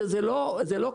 שזה לא כלכלי,